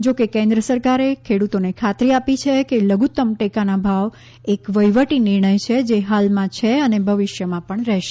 જો કે કેન્દ્ર સરકારે ખેડુતોને ખાતરી આપી છે કે લઘુતમ ટેકાના ભાવ એક વહીવટી નિર્ણય છે જે હાલમાં છે અને ભવિષ્યમાં પણ રહેશે